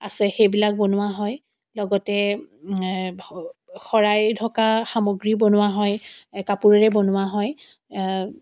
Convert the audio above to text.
আছে সেইবিলাক বনোৱা হয় লগতে শৰাই ঢকা সামগ্ৰী বনোৱা হয় কাপোৰেৰে বনোৱা হয়